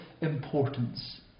importance